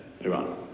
Iran